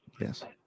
Yes